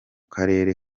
karere